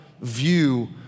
view